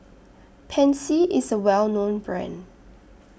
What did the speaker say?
Pansy IS A Well known Brand